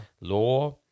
Law